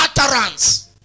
utterance